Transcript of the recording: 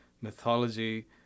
mythology